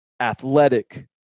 athletic